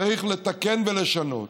צריך לתקן ולשנות.